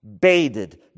baited